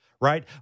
right